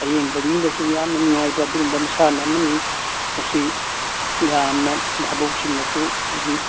ꯑꯌꯦꯡꯕ ꯃꯤꯅꯁꯨ ꯌꯥꯝꯅ ꯅꯨꯡꯉꯥꯏꯕ ꯑꯗꯨꯒꯨꯝꯕ ꯃꯁꯥꯟꯅ ꯑꯃꯅꯤ ꯃꯁꯤ ꯌꯥꯝꯅ ꯚꯥꯕꯣꯛꯁꯤꯡꯅꯁꯨ ꯑꯗꯨꯝ